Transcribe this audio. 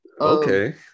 Okay